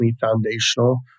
foundational